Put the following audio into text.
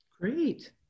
great